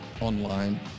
online